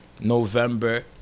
november